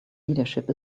leadership